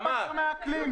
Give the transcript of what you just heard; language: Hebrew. לא אכפת לך מהאקלים?